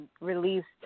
released